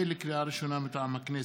לקריאה ראשונה, מטעם הכנסת: